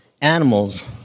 Animals